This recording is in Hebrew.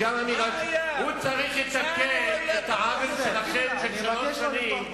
הוא צריך לתקן את העוול שלכם של שלוש שנים,